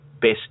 best